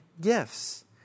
gifts